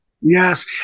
Yes